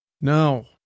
No